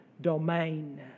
domain